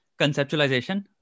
conceptualization